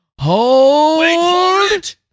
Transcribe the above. Hold